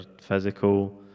physical